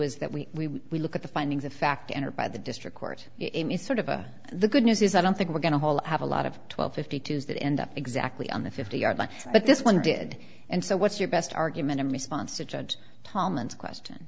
is that we will look at the findings of fact entered by the district court is sort of a the good news is i don't think we're going to hold have a lot of twelve fifty twos that end up exactly on the fifty yard line but this one did and so what's your best argument in response to judge thomas question